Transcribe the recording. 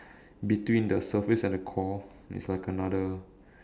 between the surface and the core is like another